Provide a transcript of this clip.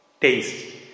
taste